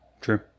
True